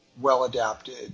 well-adapted